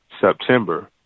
September